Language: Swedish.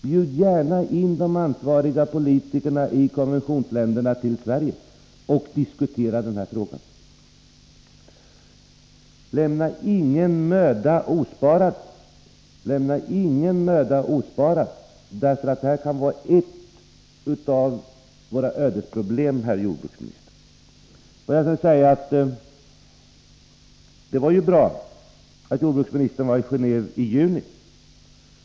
Bjud gärna in de ansvariga politikerna i konventionsländerna till Sverige och diskutera denna fråga! Spara inte någon möda! Detta kan nämligen vara ett av våra ödesproblem, herr jordbruksminister. Får jag sedan säga att det var bra att jordbruksministern var i Geneve i juni.